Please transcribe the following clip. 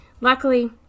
luckily